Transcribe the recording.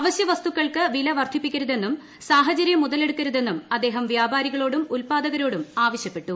അവശ്യ വസ്തുക്കൾക്ക് വില വർദ്ധിപ്പിക്കരുതെന്നും സാഹചര്യം മുതലെടുക്കരുതെന്നും അദ്ദേഹം വ്യാപാരികളോടും ഉല്പാദകരോടും ആവശ്യപ്പെട്ടു